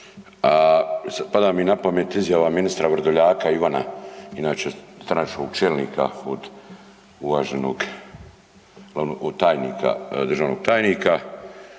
pada mi napamet izjava ministra Vrdoljaka Ivana, inače stranačkog čelnika od uvaženog od tajnika, državnog tajnika,